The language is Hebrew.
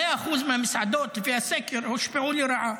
100% המסעדות לפי הסקר הושפעו לרעה